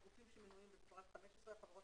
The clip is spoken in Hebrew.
הגופים המנויים בפרט (15) החברות